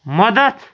مدَد